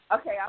Okay